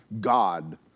God